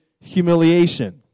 humiliation